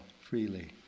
freely